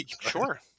sure